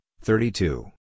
thirty-two